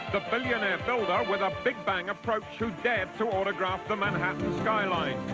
the billionaire builder with a big bang approach who dared to autograph the manhattan skyline.